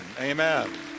Amen